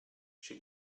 she